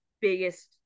biggest